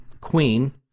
Queen